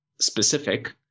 specific